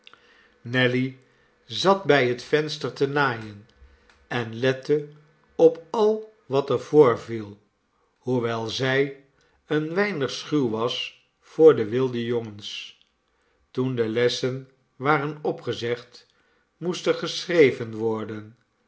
nelly zat bij het venster te naaien en lette op al wat er voorviel hoewel zij een weinig schuw was voor de wilde jongens toen de lessen waren opgezegd moest er geschreven worden